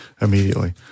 immediately